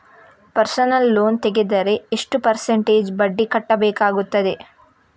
Personal loan ತೆಗೆದರೆ ಎಷ್ಟು percentage ಬಡ್ಡಿ ಕಟ್ಟಬೇಕಾಗುತ್ತದೆ?